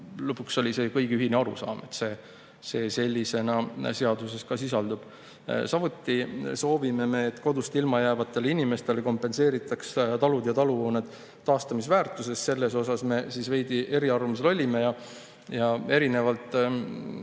lõpuks oli see kõigi ühine arusaam, et see sellisena seaduses sisaldub. Samuti soovime me, et kodust ilmajäävatele inimestele kompenseeritaks talud ja taluhooned taastamisväärtuses. Selles me olime veidi eriarvamusel ja erinevalt